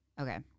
Okay